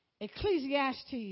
Ecclesiastes